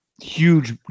huge